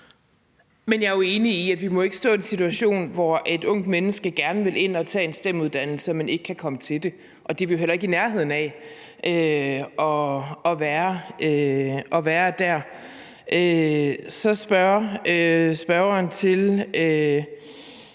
Men jeg er jo enig i, at vi ikke må stå i en situation, hvor et ungt menneske gerne vil ind og tage en STEM-uddannelse, men ikke kan komme til det, og det er vi heller ikke i nærheden af. Så bliver der spurgt til,